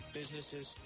businesses